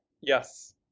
Yes